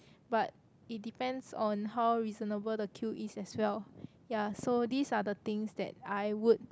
but it depends on how reasonable the queue is as well ya so these are things that I would